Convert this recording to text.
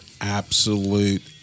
absolute